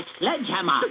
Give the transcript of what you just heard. sledgehammer